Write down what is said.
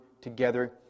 together